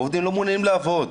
העובדים לא מעוניינים לעבוד.